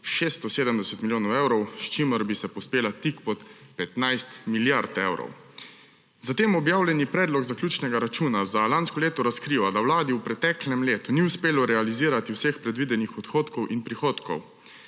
670 milijonov evrov, s čimer bi se povzpela tik pod 15 milijard evrov. Za tem objavljeni predlog zaključnega računa za lansko leto razkriva, da Vladi v preteklem letu ni uspelo realizirati vseh predvidenih odhodkov in prihodkov.